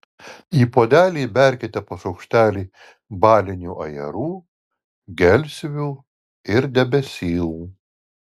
į puodelį įberkite po šaukštelį balinių ajerų gelsvių ir debesylų